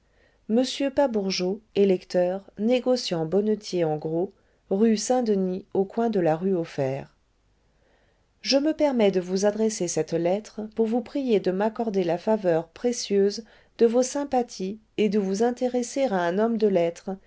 monsieur pabourgeot électeur négociant bonnetier en gros rue saint-denis au coin de la rue aux fers je me permets de vous adresser cette lettre pour vous prier de m'accorder la faveur prétieuse de vos simpaties et de vous intéresser à un homme de lettres